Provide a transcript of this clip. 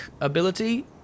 ability